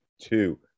two